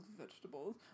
vegetables